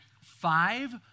Five